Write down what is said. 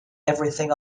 everything